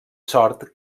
sort